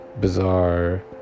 bizarre